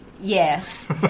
Yes